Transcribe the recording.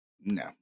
no